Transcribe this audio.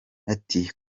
ati